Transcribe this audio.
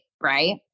right